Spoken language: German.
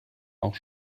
auch